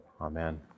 Amen